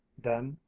then,